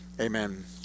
Amen